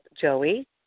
Joey